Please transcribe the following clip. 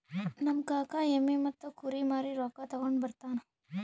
ನಮ್ ಕಾಕಾ ಎಮ್ಮಿ ಮತ್ತ ಕುರಿ ಮಾರಿ ರೊಕ್ಕಾ ತಗೊಂಡ್ ಬರ್ತಾನ್